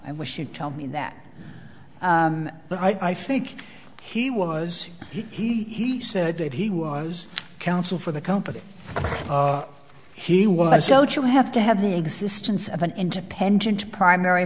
i wish you'd tell me that but i think he was he said that he was counsel for the company he was so to have to have the existence of an independent primary